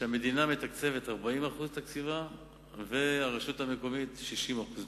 שהמדינה מתקצבת 40% מהתקציב והרשות המקומית 60% מהתקציב.